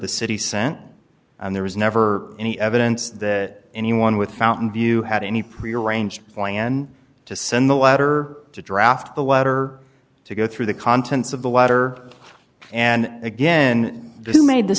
the city sent and there was never any evidence that anyone with fountain view had any pre arranged plan to send the letter to draft a letter to go through the contents of the letter and again this made the